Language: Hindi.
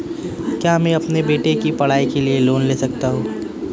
क्या मैं अपने बेटे की पढ़ाई के लिए लोंन ले सकता हूं?